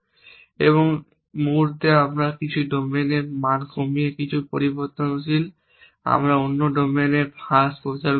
এবং মুহুর্তে আমরা কিছু ডোমেনের মান কমিয়ে কিছু পরিবর্তনশীল আমরা অন্য ডোমেনে হ্রাস প্রচার করতে পারি